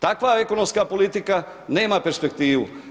Takva ekonomska politika nema perspektivu.